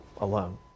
alone